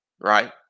right